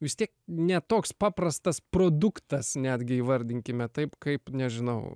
vis tiek ne toks paprastas produktas netgi įvardinkime taip kaip nežinau